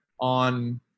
on